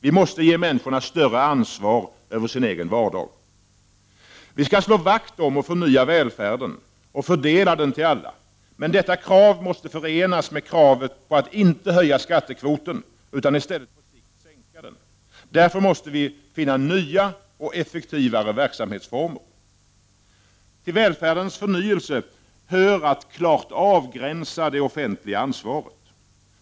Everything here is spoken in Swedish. Vi måste ge människor större ansvar över sin egen vardag. Vi skall slå vakt om och förnya välfärden och fördela den till alla. Men detta krav måste förenas med kravet att inte höja skattekvoten, utan i stället på sikt sänka den. Därför måste vi finna nya och effektivare verksamhetsformer. Till välfärdens förnyelse hör att klart avgränsa det offentliga ansvaret.